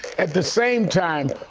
at the same time,